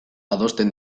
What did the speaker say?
adosten